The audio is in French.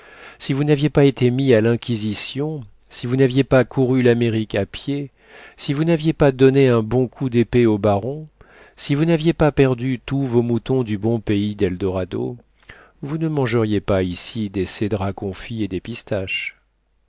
si vous n'aviez pas été mis à l'inquisition si vous n'aviez pas couru l'amérique à pied si vous n'aviez pas donné un bon coup d'épée au baron si vous n'aviez pas perdu tous vos moutons du bon pays d'eldorado vous ne mangeriez pas ici des cédrats confits et des pistaches